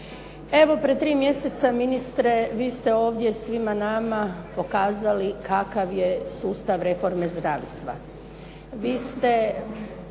Evo, pred tri mjeseca ministre, vi ste ovdje svima nama pokazali kakav je sustav reforme zdravstva.